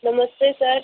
नमस्ते सर